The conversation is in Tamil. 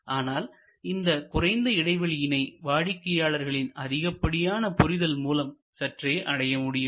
ஆனால் இந்த குறைந்த இடைவெளியினை வாடிக்கையாளர்களின் அதிகப்படியான புரிதல் மூலம் சற்றே அடைய முடியும்